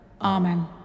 Amen